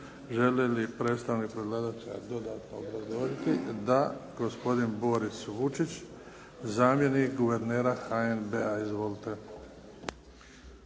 Želi li predstavnik predlagatelja dodatno obrazložiti? Da. Gospodin Boris Vučić zamjenik guvernera HNB-a. Izvolite.